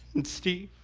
and steve